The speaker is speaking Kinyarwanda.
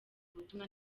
ubutumwa